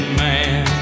man